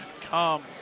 come